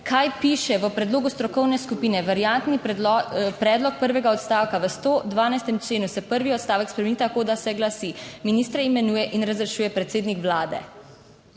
kaj piše v predlogu strokovne skupine, variantni predlog prvega odstavka v 112. členu se prvi odstavek spremeni tako, da se glasi: ministre imenuje in razrešuje predsednik Vlade.